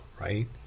right